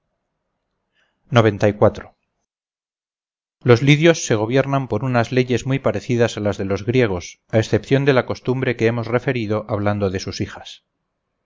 perenne los lidios se gobiernan por unas leyes muy parecidas a las de los griegos a excepción de la costumbre que hemos referido hablando de sus hijas